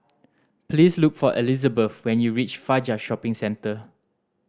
please look for Elizabeth when you reach Fajar Shopping Centre